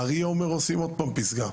האריה אומר: עושים עוד פעם פסגה.